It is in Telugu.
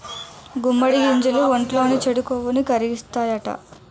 గుమ్మడి గింజలు ఒంట్లోని చెడు కొవ్వుని కరిగిత్తాయట